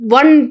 one